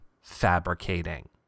fabricating